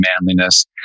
manliness